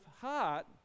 heart